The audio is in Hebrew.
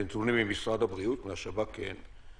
ונתונים ממשרד הבריאות, מהשב"כ אין.